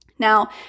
Now